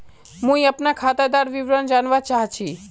मुई अपना खातादार विवरण जानवा चाहची?